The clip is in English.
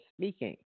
speaking